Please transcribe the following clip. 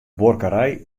buorkerij